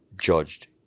judged